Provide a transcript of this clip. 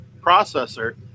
processor